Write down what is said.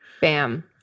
Bam